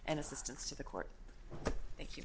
and assistance to the court thank you